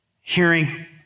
hearing